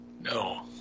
No